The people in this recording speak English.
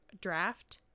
draft